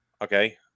Okay